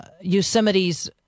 Yosemite's